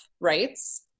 rights